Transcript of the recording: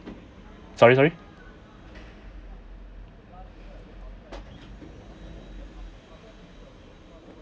sorry sorry